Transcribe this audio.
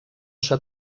s’ha